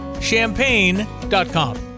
Champagne.com